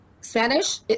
spanish